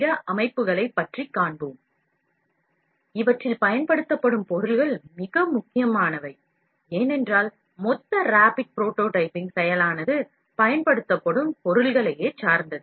இன்று நாம் விரைவான உற்பத்தி நேரடியாக முன்மாதிரியை உருவாக்குதல் மற்றும் நிகழ்நேர பயன்பாடுகளில் அதைப் பயன்படுத்துதல் பற்றி பேசுவோம்